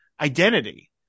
identity